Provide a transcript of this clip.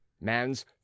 Man's